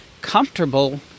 comfortable